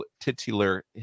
titular